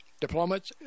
diplomats